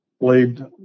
blade